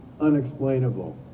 unexplainable